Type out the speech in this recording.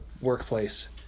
workplace